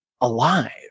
alive